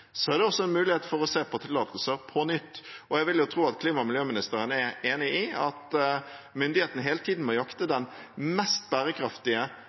er det også en mulighet for å se på tillatelser på nytt. Jeg vil jo tro at klima- og miljøministeren er enig i at myndighetene hele tiden må jakte den mest bærekraftige,